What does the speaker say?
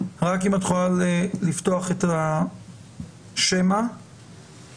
מברכים על הנושא החשוב הזה.